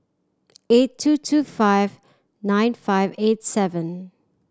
eight two two five nine five eight seven